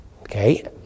Okay